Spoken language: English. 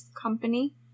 Company